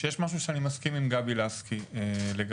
שיש משהו שאני מסכים עם גבי לסקי לגביו,